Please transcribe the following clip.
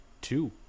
two